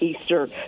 Easter